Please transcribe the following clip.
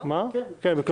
נגד?